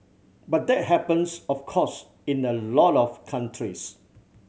but that happens of course in a lot of countries